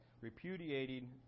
repudiating